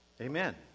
Amen